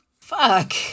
Fuck